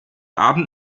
abend